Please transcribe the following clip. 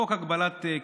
חוק הגבלת כהונה,